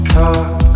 talk